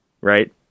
right